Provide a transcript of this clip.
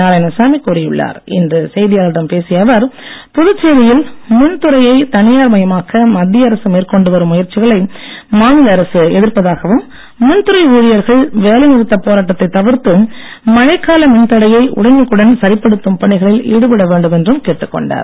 நாராயணசாமி இன்று செய்தியாளர்களிடம் பேசிய அவர் புதுச்சேரியில் மின் துறையை தனியார் மயமாக்க மத்திய அரசு மேற்கொண்டு வரும் முயற்சிகளை மாநில அரசு எதிர்ப்பதாகவும் மின்துறை ஊழியர்கள் வேலைநிறுத்தப் போராட்டத்தை தவிர்த்து மழைக் கால மின்தடையை உடனுக்குடன் சரிப்படுத்தும் பணிகளில் ஈடுபட வேண்டும் என்றும் கேட்டுக்கொண்டார்